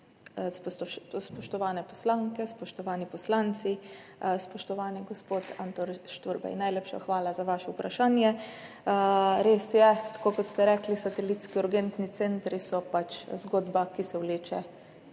Spoštovane poslanke, spoštovani poslanci! Spoštovani gospod Anton Šturbej, najlepša hvala za vaše vprašanje. Res je, tako kot ste rekli, satelitski urgentni centri so pač zgodba, ki se vleče